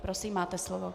Prosím, máte slovo.